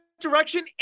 direction